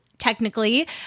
technically